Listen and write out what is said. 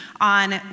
on